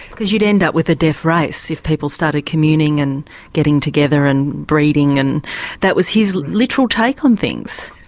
because you'd end up with a deaf race if people started communing and getting together and breeding and that was his literal take on things.